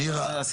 מירה.